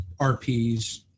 RPs